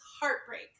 heartbreak